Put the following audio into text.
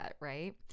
right